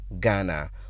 ghana